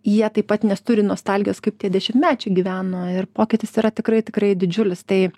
jie taip pat nes turi nostalgijos kaip tie dešimtmečiai gyveno ir pokytis yra tikrai tikrai didžiulis tai